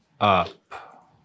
up